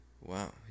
Wow